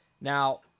Now